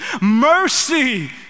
Mercy